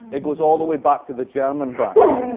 it goes all the way back to the german banks.